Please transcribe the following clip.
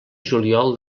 juliol